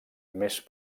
més